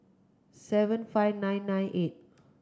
seven five nine nine eight